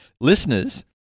listeners